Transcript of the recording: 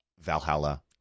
Valhalla